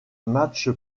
match